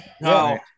No